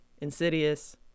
Insidious